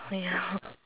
oh ya